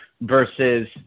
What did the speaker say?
versus